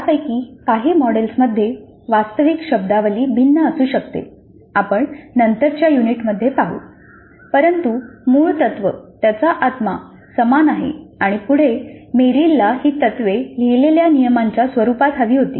त्यापैकी काही मॉडेल्समध्ये वास्तविक शब्दावली भिन्न असू शकते परंतु मूळ तत्व त्याचा आत्मा समान आहे आणि पुढे मेरिलला ही तत्त्वे लिहिलेल्या नियमांच्या स्वरूपात हवी होती